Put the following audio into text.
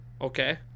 okay